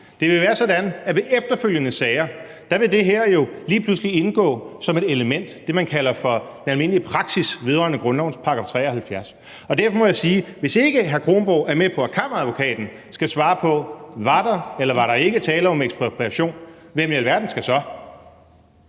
Det vil være sådan, at ved efterfølgende sager vil det her lige pludselig indgå som et element, det, man kalder for den almindelige praksis vedrørende grundlovens § 73. Og derfor må jeg sige, at hvis ikke hr. Anders Kronborg er med på, at Kammeradvokaten skal svare på, om der var eller ikke var tale om ekspropriation, hvem i alverden skal så?